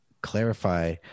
clarify